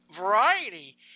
Variety